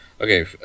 Okay